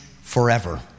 forever